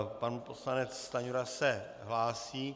Pan poslanec Stanjura se hlásí.